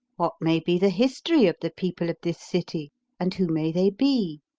what may be the history of the people of this city and who may they be?